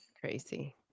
crazy